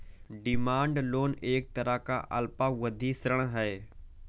demand loan एक तरह का अल्पावधि ऋण है